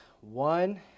One